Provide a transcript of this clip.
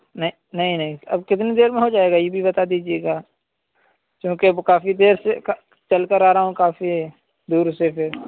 نہ نہیں نہیں اب کتنی دیر میں ہو جائے گا یہ بھی بتا دیجیے گا چوںکہ اب کافی دیر سے چل کر آ رہا ہوں کافی دور سے پھر